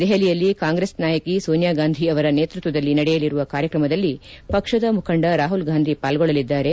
ದೆಹಲಿಯಲ್ಲಿ ಕಾಂಗ್ರೆಸ್ ನಾಯಕಿ ಸೋನಿಯಾ ಗಾಂಧಿ ಅವರ ನೇತೃತ್ವದಲ್ಲಿ ನಡೆಯಲಿರುವ ಕಾರ್ಯಕ್ರಮದಲ್ಲಿ ಪಕ್ಷದ ಮುಖಂಡ ರಾಹುಲ್ ಗಾಂಧಿ ಪಾಲ್ಲೊಳ್ಳಲಿದ್ದಾರೆ